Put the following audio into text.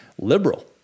liberal